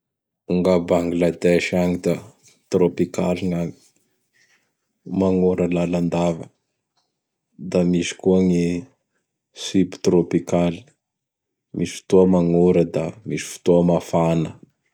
Gn'a Bangladesh agny da trôpikaly gn'agny. Magnora lalandava; da misy koa gny subtrôpikaly, misy fotoa magnora; da misy fotoa mafana.